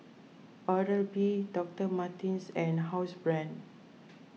Oral B Doctor Martens and Housebrand